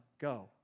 go